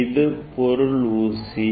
இது பொருள் ஊசி